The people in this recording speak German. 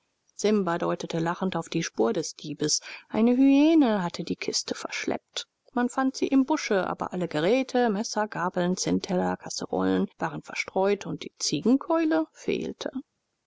simba deutete lachend auf die spur des diebes eine hyäne hatte die kiste verschleppt man fand sie im busche aber alle geräte messer gabeln zinnteller kasserollen waren verstreut und die ziegenkeule fehlte